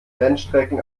rennstrecken